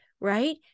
right